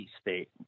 state